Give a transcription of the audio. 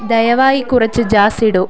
ദയവായി കുറച്ച് ജാസ്സ് ഇടുക